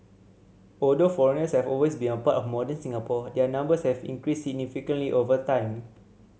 although foreigners have always been a part of modern Singapore their numbers have increased significantly over time